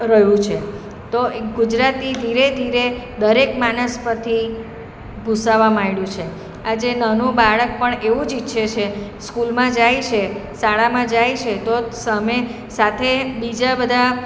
રહ્યું છે તો એ ગુજરાતી ધીરે ધીરે દરેક માનસ પરથી ભુંસાવા માંડ્યું છે આજે નાનું બાળક પણ એવું જ ઈચ્છે છે સ્કૂલમાં જાય છે શાળામાં જાય છે તો જ સામે સાથે બીજા બધા